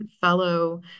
fellow